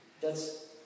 thats